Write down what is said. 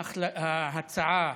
ההצעה